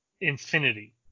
infinity